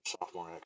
sophomore